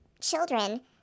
children